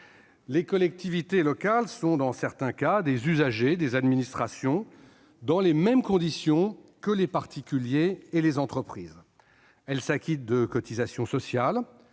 Les collectivités locales sont, dans certains cas, des usagers des administrations dans les mêmes conditions que les particuliers et les entreprises. Elles s'acquittent ainsi de cotisations sociales